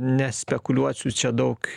nespekuliuosiu čia daug